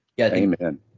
Amen